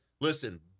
Listen